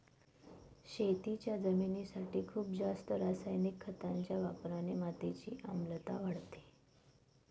शेतीच्या जमिनीसाठी खूप जास्त रासायनिक खतांच्या वापराने मातीची आम्लता वाढते